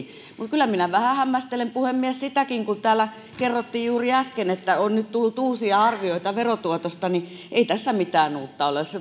kyllä minä vähän hämmästelen puhemies sitäkin kun täällä kerrottiin juuri äsken että nyt on tullut uusia arvioita verotuotosta ei tässä mitään uutta ole siihen kun hallitus